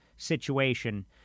situation